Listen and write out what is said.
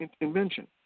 invention